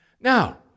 Now